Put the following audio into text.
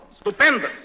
stupendous